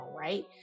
right